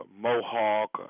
mohawk